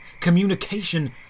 communication